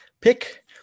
pick